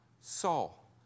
Saul